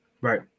Right